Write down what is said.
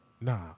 nah